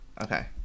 Okay